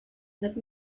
that